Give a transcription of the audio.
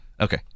Okay